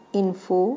info